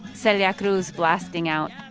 celia cruz blasting out.